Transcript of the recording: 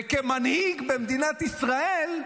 וכמנהיג במדינת ישראל,